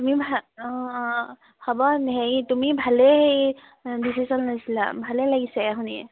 তুমি ভাল অঁ অঁ হ'ব হেৰি তুমি ভালেই হেৰি ডিচিচন লৈছিলা ভালেই লাগিছে শুনি